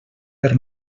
per